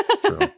true